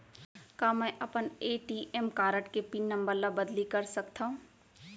का मैं अपन ए.टी.एम कारड के पिन नम्बर ल बदली कर सकथव?